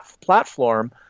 platform